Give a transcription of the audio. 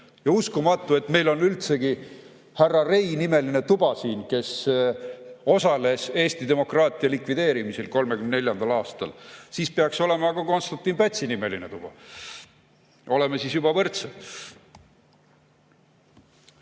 Uskumatu, et meil on üldse tuba siin, mis kannab härra Rei nime, kes osales Eesti demokraatia likvideerimisel 1934. aastal. Siis peaks olema ka Konstantin Pätsi nimeline tuba. Oleme siis juba võrdsed. Oht